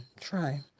Try